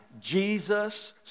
Jesus